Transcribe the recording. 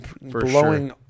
Blowing